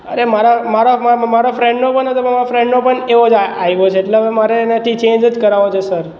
અરે મારા મારા મારા ફ્રેન્ડનો પણ હતો પણ મારા ફ્રેન્ડનો પણ એવો જ આવ્યો છે એટલે હવે મારે નથી ચેન્જ જ કરાવવો છે સર